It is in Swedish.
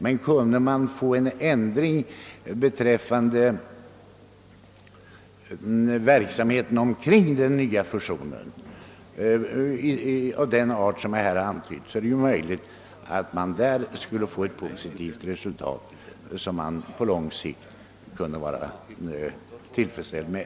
Kunde man få till stånd en ändring av den art som här antytts av verksamheten inom den nya fusionen, är det dock möjligt att kanske uppnå något positivt resultat som vi på lång sikt skulle kunna vara tillfredsställda med.